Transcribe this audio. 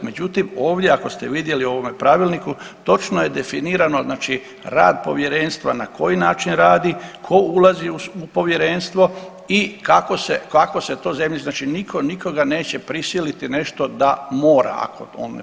Međutim, ovdje ako ste vidjeli u ovome pravilniku točno je definirano znači rad povjerenstva na koji način radi, ko ulazi u povjerenstvo i kako se to zemljište, znači niko nikoga neće prisiliti nešto da mora ako on ne pristaje na to.